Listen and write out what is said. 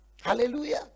Hallelujah